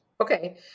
Okay